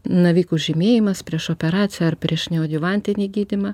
navikų žymėjimas prieš operaciją ar prieš neodivantinį gydymą